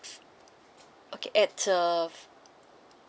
okay at uh